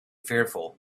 fearful